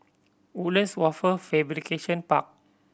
Woodlands Wafer Fabrication Park